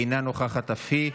אינה נוכחת אף היא.